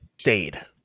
stayed